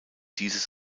dieses